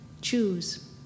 choose